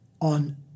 on